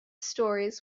stories